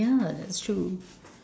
yeah that's true